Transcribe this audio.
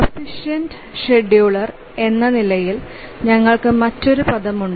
proficient scheduler എന്ന നിലയിൽ ഞങ്ങൾക്ക് മറ്റൊരു പദം ഉണ്ട്